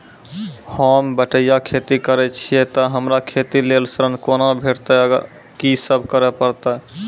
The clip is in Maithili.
होम बटैया खेती करै छियै तऽ हमरा खेती लेल ऋण कुना भेंटते, आर कि सब करें परतै?